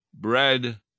bread